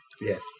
Yes